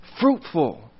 fruitful